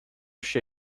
się